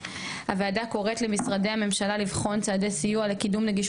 14. הוועדה קוראת למשרדי הממשלה לבחון צעדי סיוע לקידום נגישות